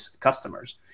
customers